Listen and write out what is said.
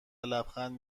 لبخند